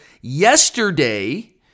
yesterday